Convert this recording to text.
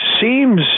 seems